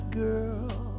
girl